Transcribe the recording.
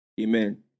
Amen